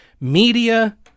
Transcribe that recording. Media